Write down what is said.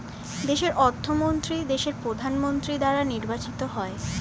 দেশের অর্থমন্ত্রী দেশের প্রধানমন্ত্রী দ্বারা নির্বাচিত হয়